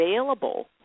available